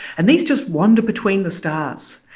and these just wander between the stars.